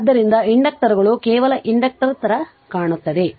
ಆದ್ದರಿಂದ ಇಂಡಕ್ಟರುಗಳು ಕೇವಲ ಇಂಡಕ್ಟರ್ ತರ ಕಾಣುತ್ತದೆ